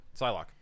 psylocke